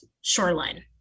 shoreline